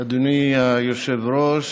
אדוני היושב-ראש,